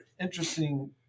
interesting